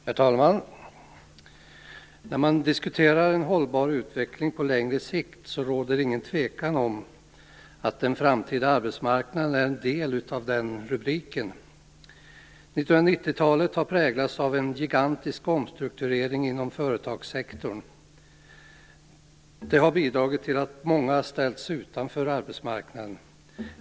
Herr talman! När man diskuterar en hållbar utveckling på längre sikt råder det inget tvivel om att den framtida arbetsmarknaden är en del av den rubriken. 1990-talet har präglats av en gigantisk omstrukturering inom företagssektorn. Det har bidragit till att många har ställts utanför arbetsmarknaden.